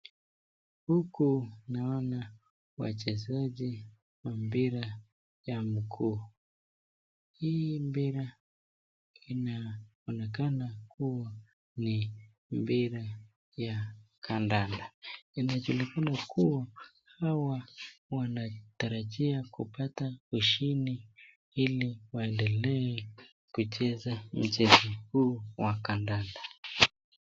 Huku naona wachezaji wa mpira ya mguu hii mpira inaonekana kuwa ni mpira ya kandanda. Inajulikana kuwa hawa wanatarajia kupata ushindi ili waendelee kucheza mchezo huu wa kandanda.